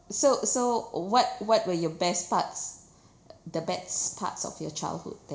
so so what what were your best parts the best parts of your childhood